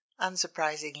Unsurprisingly